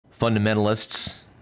fundamentalists